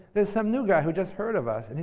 there's some new guy who just heard of us. and he